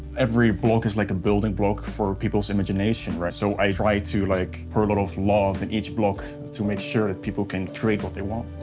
every block is like a building block for people's imagination, right? so i try to like put a little love in each block to make sure that people can create what they want.